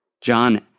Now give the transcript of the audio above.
John